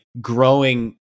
growing